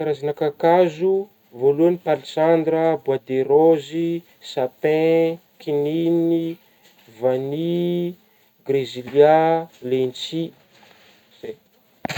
Karazagna kakazo voalohany palisandra, bois de rose, sapin, kinigny, voanio grezilia, lentisy, zay.